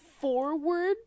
forward